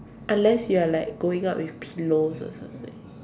unless you're like going up with pillows or something